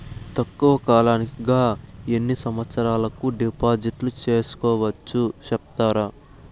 తక్కువ కాలానికి గా ఎన్ని సంవత్సరాల కు డిపాజిట్లు సేసుకోవచ్చు సెప్తారా